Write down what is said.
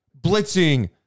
blitzing